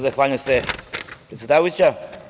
Zahvaljujem se predsedavajuća.